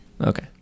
Okay